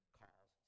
calls